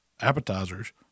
appetizers